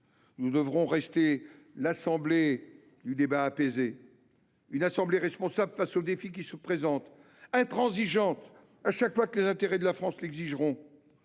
Nous devrons rester l’assemblée du débat apaisé, une assemblée responsable face aux défis qui se présentent, mais intransigeante chaque fois que les intérêts de la France l’exigent.